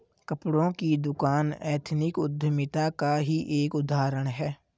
कपड़ों की दुकान एथनिक उद्यमिता का ही एक उदाहरण है